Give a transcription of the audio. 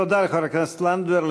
תודה לחברת הכנסת לנדבר.